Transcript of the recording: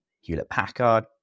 Hewlett-Packard